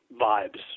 vibes